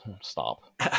Stop